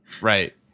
Right